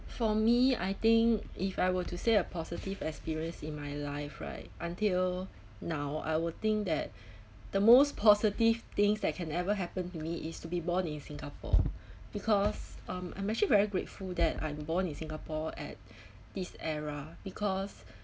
for me I think if I were to say a positive experience in my life right until now I will think that the most positive things that can ever happen to me is to be born in singapore because um I'm actually very grateful that I'm born in singapore at this era because